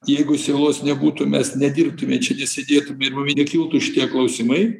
jeigu sielos nebūtų mes nedirbtume čia nesedėtume ir mum nekiltų šitie klausimai